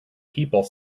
people